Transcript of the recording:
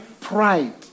Pride